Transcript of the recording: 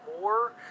more